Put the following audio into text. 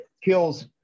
kills